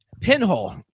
pinhole